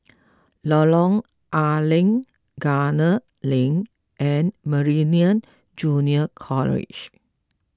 Lorong A Leng Gunner Lane and Meridian Junior College